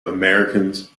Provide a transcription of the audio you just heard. americans